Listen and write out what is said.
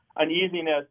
uneasiness